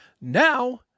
Now